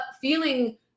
feeling